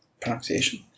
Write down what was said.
pronunciation